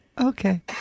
okay